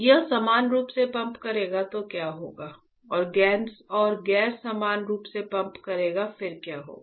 यह समान रूप से पंप करेगा फिर क्या होगा और गैर समान रूप से पंप करेगा फिर क्या होगा